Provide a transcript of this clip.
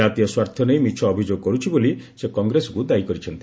ଜାତୀୟ ସ୍ୱାର୍ଥନେଇ ମିଛ ଅଭିଯୋଗ କରୁଛି ବୋଲି ସେ କଂଗ୍ରେସକୁ ଦାୟୀ କରିଚ୍ଛନ୍ତି